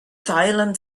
thailand